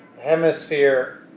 hemisphere